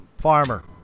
Farmer